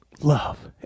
love